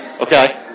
Okay